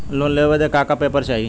Loan लेवे बदे का का पेपर चाही?